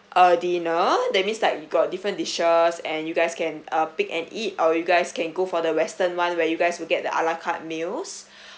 uh dinner that means like you got different dishes and you guys can uh pick and eat or you guys can go for the western [one] where you guys will get the a la carte meals